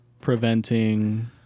Preventing